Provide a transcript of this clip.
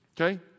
okay